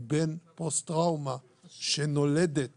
בין פוסט-טראומה שנולדת